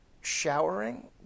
Showering